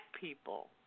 people